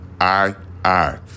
I-I